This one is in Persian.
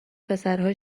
پسرها